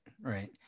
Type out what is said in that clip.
right